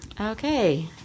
Okay